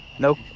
Nope